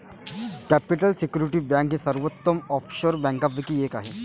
capital security bank ही सर्वोत्तम offshore बँकांपैकी एक आहे